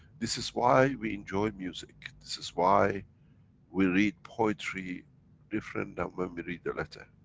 this is why we enjoy music. this is why we read poetry different than when we read a letter.